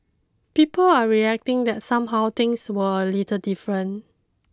people are reacting that somehow things were a little different